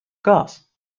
gas